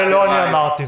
זה לא אני אמרתי.